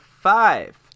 five